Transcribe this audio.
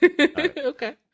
Okay